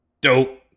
Dope